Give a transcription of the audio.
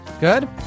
Good